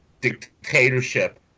dictatorship